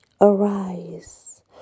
Arise